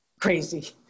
crazy